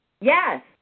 Yes